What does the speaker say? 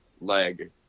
leg